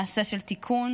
מעשה של תיקון,